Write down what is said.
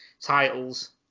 titles